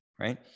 right